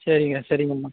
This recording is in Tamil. சரிங்க சரிங்கம்மா